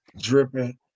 dripping